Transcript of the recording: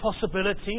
possibility